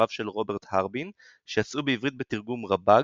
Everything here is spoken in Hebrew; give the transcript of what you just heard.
ספריו של רוברט הארבין שיצאו בעברית בתרגום רב"ג,